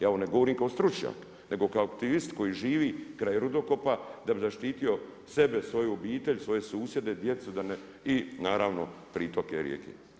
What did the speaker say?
Ja ovo ne govorim kao stručnjak nego kao aktivist koji živi kraj rudokopa da bi zaštitio sebe, svoju obitelj, svoje susjede, djecu i naravno pritoke rijeke.